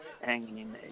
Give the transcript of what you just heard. Hanging